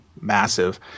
massive